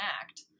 act